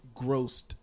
grossed